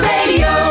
Radio